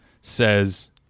says